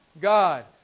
God